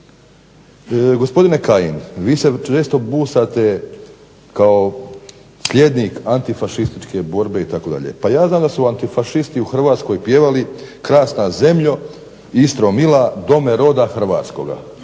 Gospodine Kajin vi se često busate kao sljednik antifašističke borbe itd. Pa ja znam da su antifašisti u Hrvatskoj pjevali krasna zemljo Istro mila, dome roda hrvatskoga.